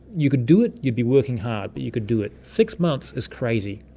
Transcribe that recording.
you could do it, you'd be working hard but you could do it. six months is crazy,